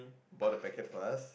bought a packet for us